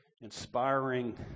inspiring